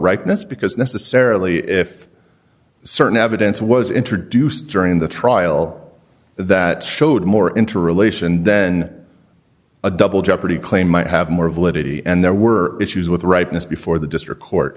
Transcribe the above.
rightness because necessarily if certain evidence was introduced during the trial that showed more interrelation then a double jeopardy claim might have more validity and there were issues with ripeness before the district court